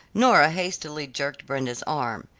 nora hastily jerked brenda's arm.